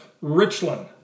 Richland